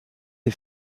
est